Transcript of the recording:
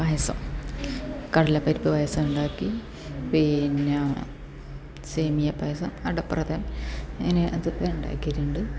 പായസം കടലപ്പരിപ്പ് പായസം ഉണ്ടാക്കി പിന്നെ സേമിയ പായസം അടപ്രഥമൻ അങ്ങനെ അതൊക്കെ ഉണ്ടാക്കിയിട്ടുണ്ട്